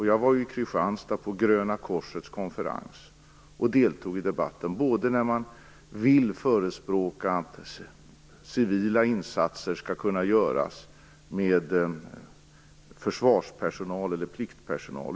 Jag var i Kristianstad på Gröna korsets konferens, och jag deltog i debatten om förespråkandet av civila insatser med försvars eller pliktpersonal.